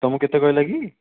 ତୁମକୁ କେତେ କହିଲା କି